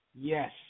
Yes